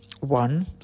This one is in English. one